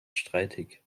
streitig